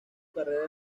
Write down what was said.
carrera